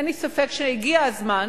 אין לי ספק שהגיע הזמן,